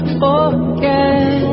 forget